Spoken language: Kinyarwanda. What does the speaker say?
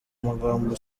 magambo